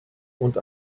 und